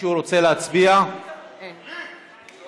הממשלה לא משתתף, גם אני לא